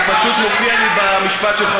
זה פשוט מופיע לי במשפט שלך,